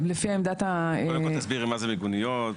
לפי עמדת --- קודם כל תסבירי מה זה מיגוניות.